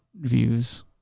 views